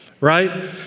right